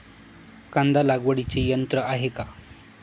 कांदा लागवडीचे यंत्र आहे का?